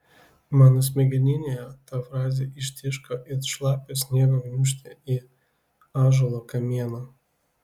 mano smegeninėje ta frazė ištiško it šlapio sniego gniūžtė į ąžuolo kamieną